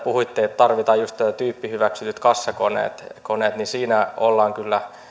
puhuitte että tarvitaan juuri tyyppihyväksytyt kassakoneet kassakoneet ollaan kyllä